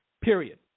Period